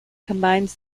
combines